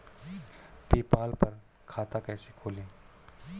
PayPal पर खाता कैसे खोलें?